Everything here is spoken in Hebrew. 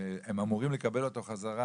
והם אמורים לקבל אותו חזרה,